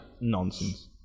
nonsense